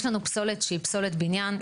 יש לנו פסולת שהיא פסולת בניין,